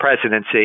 presidency